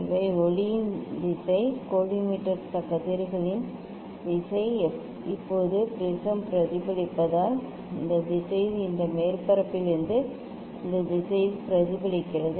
இவை ஒளியின் திசை கோலிமேட்டர் கதிர்களின் திசை இப்போது ப்ரிஸம் பிரதிபலிப்பதால் இந்த திசையில் இந்த மேற்பரப்பில் இருந்து இந்த திசையில் பிரதிபலிக்கிறது